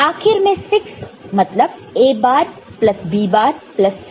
आखिर में 6 मतलब A bar plus B bar plus C